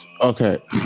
Okay